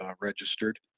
registered